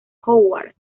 howard